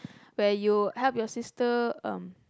where you help your sister um